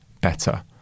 better